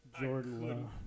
Jordan